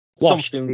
Washed